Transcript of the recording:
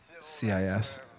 C-I-S